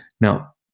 now